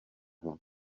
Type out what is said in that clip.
hlad